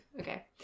Okay